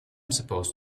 supposed